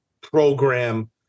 program